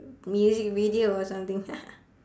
music video or something